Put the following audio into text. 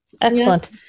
Excellent